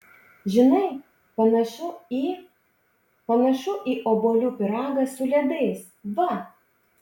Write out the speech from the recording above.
žinai panašu į panašu į obuolių pyragą su ledais va